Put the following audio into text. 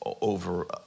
over